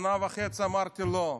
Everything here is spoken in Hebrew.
שנה וחצי אמרתי: לא.